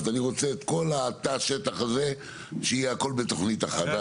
אני רוצה את כל תא השטח הזה שיהיה הכל בתוכנית אחת.